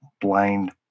blind